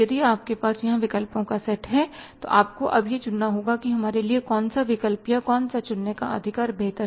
यदि आपके पास यहां विकल्पों का सेट है तो आपको अब यह चुनना होगा कि हमारे लिए कौन सा विकल्प या कौन सा चुनने का अधिकार बेहतर है